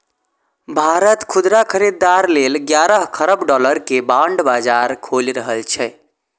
भारत खुदरा खरीदार लेल ग्यारह खरब डॉलर के बांड बाजार खोलि रहल छै